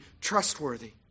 trustworthy